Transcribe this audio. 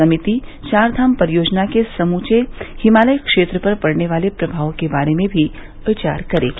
समिति चार धाम परियोजना के समूचे हिमालय क्षेत्र पर पड़ने वाले प्रभाव के बारे में भी विचार करेगी